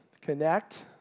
connect